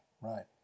Right